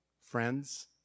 friends